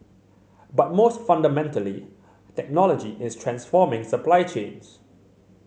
but most fundamentally technology is transforming supply chains